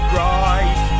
right